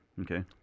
Okay